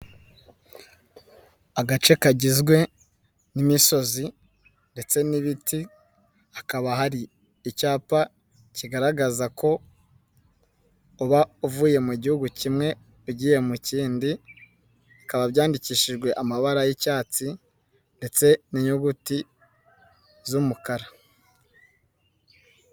Agace kagizwe n'imisozi, ndetse n'ibiti, hakaba hari, icyapa kigaragaza ko, uba uvuye mu gihugu kimwe ugiye mu kindi, bikaba byandikishijwe amabara y'icyatsi, ndetse n'inyuguti z'umukara.